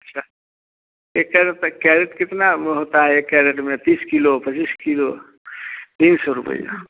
छा एक्के रुपये कैरेट कितना में होता है एक कैरेट में तीस किलो पच्चीस किलो तीन सौ रुपये